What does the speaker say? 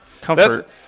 Comfort